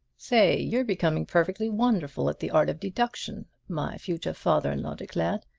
say, you're becoming perfectly wonderful at the art of deduction! my future father-in-law declared.